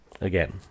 again